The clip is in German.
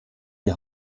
die